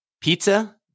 pizza